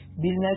business